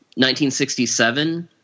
1967